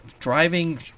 Driving